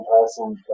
person